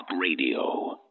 Radio